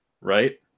right